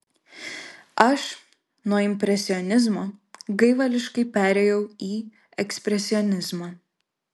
aš nuo impresionizmo gaivališkai perėjau į ekspresionizmą